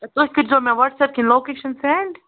تُہۍ کٔرِزیو مےٚ واٹٕساپ کِنۍ لوکیشَن سیٚنٛڈ